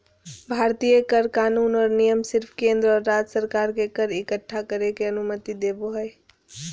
भारतीय कर कानून और नियम सिर्फ केंद्र और राज्य सरकार के कर इक्कठा करे के अनुमति देवो हय